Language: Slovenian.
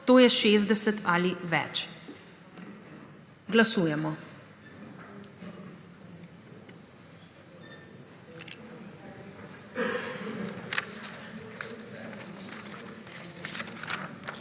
to je 60 ali več. Glasujemo.